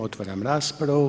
Otvaram raspravu.